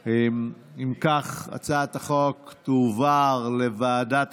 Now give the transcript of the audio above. בקריאה ראשונה, ותועבר להמשך טיפול בוועדת